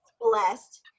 blessed